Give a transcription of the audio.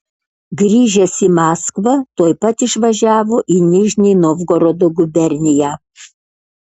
grįžęs į maskvą tuoj pat išvažiavo į nižnij novgorodo guberniją